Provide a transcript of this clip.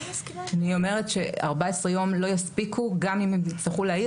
אני אומרת ש-14 יום לא יספיקו גם אם הם יצטרכו להעיר,